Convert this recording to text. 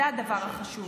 זה הדבר החשוב.